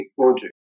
project